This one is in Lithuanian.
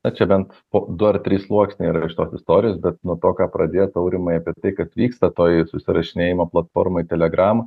na čia bent du ar trys sluoksniai iš tos istorijos bet nuo to ką pradėjot aurimai apie tai kas vyksta toj susirašinėjimo platformoje telegram